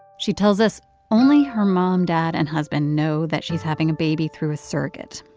she tells us only her mom, dad and husband know that she's having a baby through a surrogate.